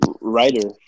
writer